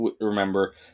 remember